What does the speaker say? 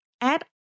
add